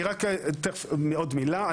תכף, עוד מילה.